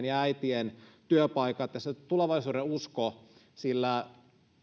ja äitien työpaikat ja se tulevaisuudenusko sillä